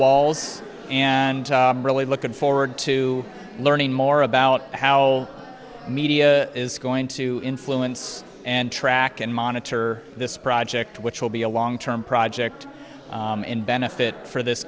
walls and really looking forward to learning more about how the media is going to influence and track and monitor this project which will be a long term project in benefit for this